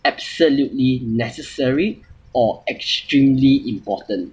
absolutely necessary or extremely important